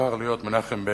בכל זאת בחר להיות מנחם בגין,